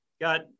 got